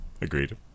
Agreed